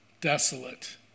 desolate